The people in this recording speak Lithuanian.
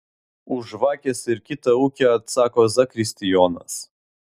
už žvakes ir kitą ūkį atsako zakristijonas